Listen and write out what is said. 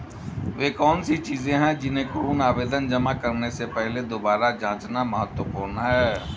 वे कौन सी चीजें हैं जिन्हें ऋण आवेदन जमा करने से पहले दोबारा जांचना महत्वपूर्ण है?